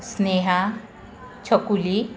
Sneha Chhakuli